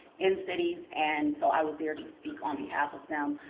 in cities, and so i was there to speak on behalf of them.